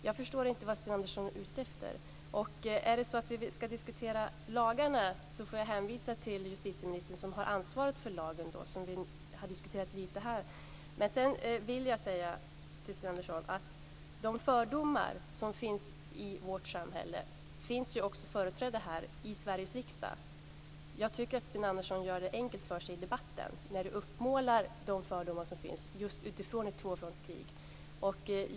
Jag förstår inte vad Sten Andersson är ute efter. Om vi ska diskutera lagarna får jag hänvisa till justitieministern, som har ansvaret för den lag som vi har diskuterat lite här. Men sedan vill jag säga till Sten Andersson att de fördomar som finns i vårt samhälle också finns företrädda här i Sveriges riksdag. Jag tycker att Sten Andersson gör det enkelt för sig i debatten när han uppmålar de fördomar som finns just utifrån ett tvåfrontskrig.